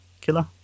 killer